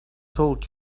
told